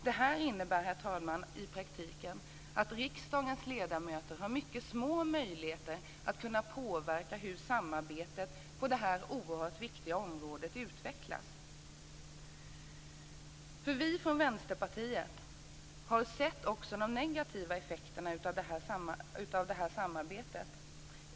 Det här innebär i praktiken, herr talman, att riksdagens ledamöter har mycket små möjligheter att påverka hur samarbetet på det här oerhört viktiga området utvecklas. Vi från Vänsterpartiet har också sett de negativa effekterna av samarbetet.